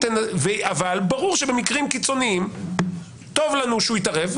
ברור שבמקרים קיצוניים טוב לנו שהוא יתערב,